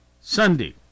Sunday